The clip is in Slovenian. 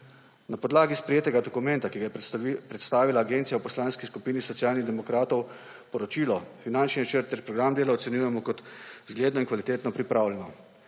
Na podlagi sprejetega dokumenta, ki ga je predstavila agencija, v Poslanski skupini Socialnih demokratov poročilo, finančni načrt ter program dela ocenjujemo kot zgledno in kvalitetno pripravljeno.